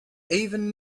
even